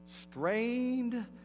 Strained